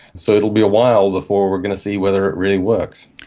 so it will be a while before we are going to see whether it really works.